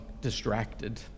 distracted